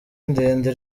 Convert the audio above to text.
ndende